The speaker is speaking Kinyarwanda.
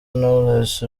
knowless